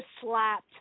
slapped